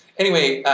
anyway,